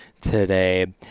today